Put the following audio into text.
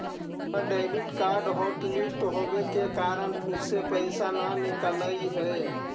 हमर debit card hotlist होवे के कारण उससे पैसे न निकलई हे